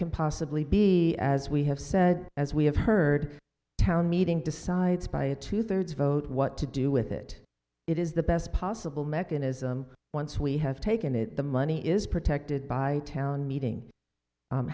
can possibly be as we have said as we have heard town meeting decides by a two thirds vote what to do with it it is the best possible mechanism once we have taken it the money is protected by town meeting